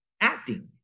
acting